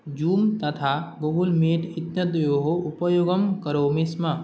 zoom तथा Google Meet इति द्वयोः उपयोगं करोमि स्म